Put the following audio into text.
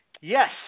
yes